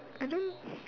I don't